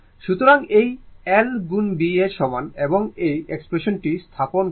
সুতরাং এই l গুণ B A র সমান এবং এই এক্সপ্রেশনটি স্থাপন করুন